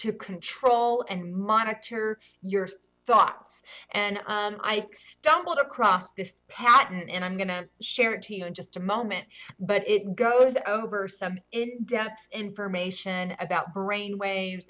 to control and monitor your thoughts and i stumbled across this patent and i'm going to share it to you in just a moment but it goes over some in depth information about brain wa